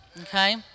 okay